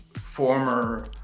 former